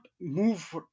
move